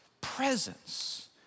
presence